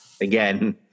again